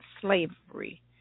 slavery